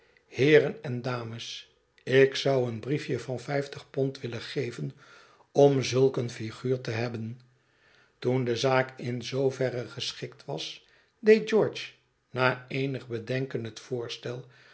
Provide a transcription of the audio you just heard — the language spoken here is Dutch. heeren en dames ik zou een briefje van vijftig pond willen geven om zulk een liguur te hebben toen de zaak in zooverre geschikt was deed george na eenig bedenken het voorstel